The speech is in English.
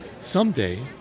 Someday